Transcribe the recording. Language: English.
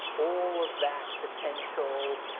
all of that potential,